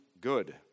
good